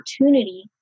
opportunity